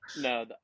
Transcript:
No